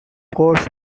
course